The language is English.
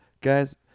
guys